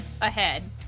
ahead